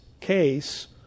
case